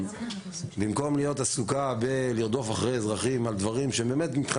במקום להיות עסוקה בלרדוף אחרי אזרחים על דברים שמבחינת